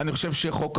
אני חושב שחוק השבות,